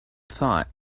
thought